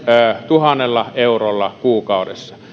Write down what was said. tuhannella eurolla kuukaudessa